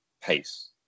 pace